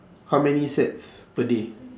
how many sets per day